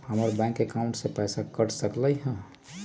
हमर bank account से पैसा कट सकलइ ह?